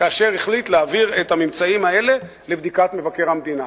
כאשר החליט להעביר את הממצאים האלה לבדיקת מבקר המדינה,